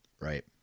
Right